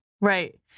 Right